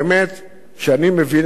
שאני מבין את הזוג הצעיר.